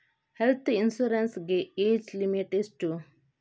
Health insurance ಗೆ age limit ಎಷ್ಟು?